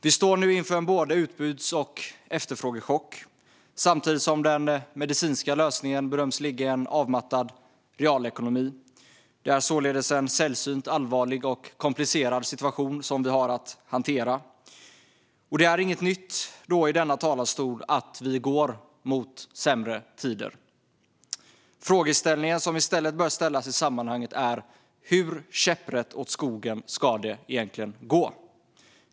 Vi står nu inför en både utbuds och efterfrågechock, samtidigt som den medicinska lösningen bedöms ligga i en avmattad realekonomi. Det är således en sällsynt, allvarlig och komplicerad situation som vi har att hantera. Det är inget nytt i denna talarstol att vi går mot sämre tider. Frågan som bör ställas i sammanhanget är hur käpprätt åt skogen det egentligen ska gå.